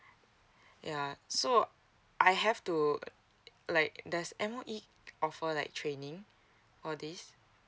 yeah so I have to like does M_O_E offer like training for this